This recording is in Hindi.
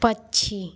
पक्षी